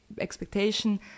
expectation